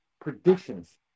predictions